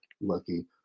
Lucky